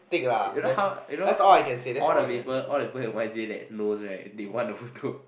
you know how you know all all the people all the people at Y_G that knows right they want the photo